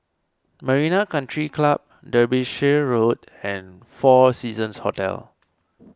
Marina Country Club Derbyshire Road and four Seasons Hotel